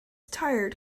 tired